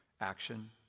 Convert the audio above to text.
action